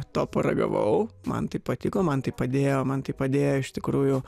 to paragavau man tai patiko man tai padėjo man tai padėjo iš tikrųjų